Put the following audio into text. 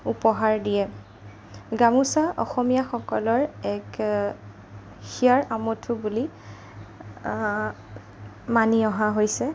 উপহাৰ দিয়ে গামোচা অসমীয়াসকলৰ এক হিয়াৰ আমঠু বুলি মানি অহা হৈছে